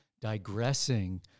digressing